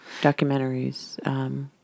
documentaries